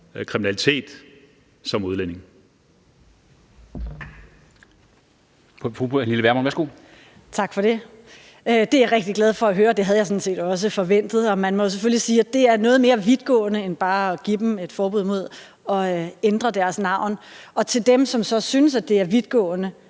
Vermund, værsgo. Kl. 19:48 Pernille Vermund (NB): Tak for det. Det er jeg rigtig glad for at høre; det havde jeg sådan set også forventet. Man må selvfølgelig sige, at det er noget mere vidtgående end bare at give dem et forbud mod at ændre deres navn. Og de, som så synes, det er vidtgående,